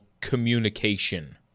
communication